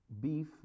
beef